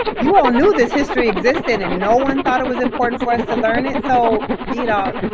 you all knew this history existed, and no one thought it was important for us to learn it? so you know,